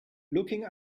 looking